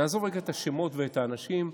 נעזוב רגע את השמות ואת האנשים.